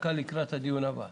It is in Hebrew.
להתמודדות עם נגיף הקורונה החדש (הוראת שעה)